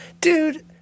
dude